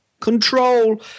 control